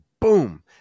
boom